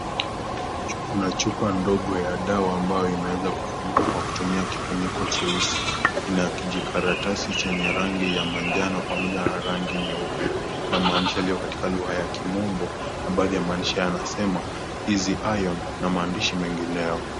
Kuna chupa ndogo ya dawa ambayo imeweza kufunikwa Kwa kifuniko jeusi ,ina kijikaratasi yenye rangi ya manjano pamoja na rangi nyeupe na maandishi yaliyo katika lugha ya kimombo ,na baadhi ya maandishi haya yanasema (CS)easy iron(CS )na maandishi mengineo.